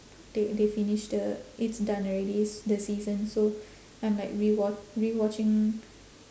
they they finish the it's done already s~ the season so I'm like rewa~ rewatching